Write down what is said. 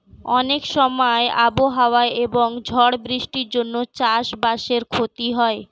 অনেক সময় আবহাওয়া এবং ঝড় বৃষ্টির জন্যে চাষ বাসের ক্ষতি হয়